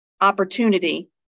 opportunity